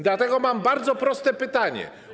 Dlatego mam bardzo proste pytanie.